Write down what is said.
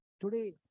Today